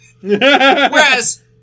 Whereas